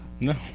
No